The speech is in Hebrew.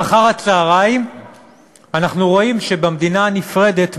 ואחר-הצהריים אנחנו רואים שבמדינה הנפרדת,